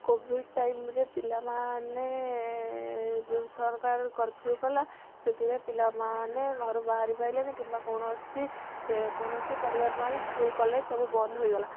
covid time ରେ ପିଲାମାନେ ଯେଉଁ ସରକାର କର୍ଫିଉ କଲା ସେଥିରେ ପିଲାମାନେ ଘରୁ ବାହାରି ପାଇଲେନି କିମ୍ବା କୌଣସି କୌଣସି ପଢ଼ିବା ପାଇଁ ସ୍କୁଲ କଲେଜ ସବୁ ବନ୍ଦ ହେଇଗଲା